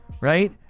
right